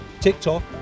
TikTok